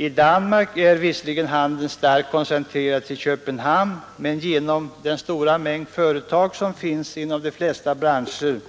I Danmark är visserligen handeln starkt koncentrerad till Köpenhamn, men på grund av den stora mängd företag som finns inom de flesta branscher